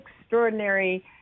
extraordinary